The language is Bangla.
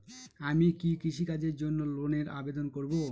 আমি কি কৃষিকাজের জন্য লোনের আবেদন করব?